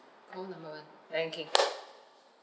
call number banking